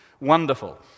Wonderful